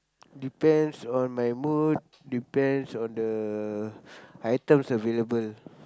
depends on my mood depends on the items available